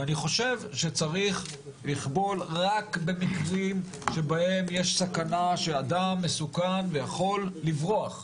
ואני חושב שצריך לכבול רק במקרים שבהם יש סכנה שאדם מסוכן ויכול לברוח,